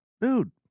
dude